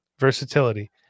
versatility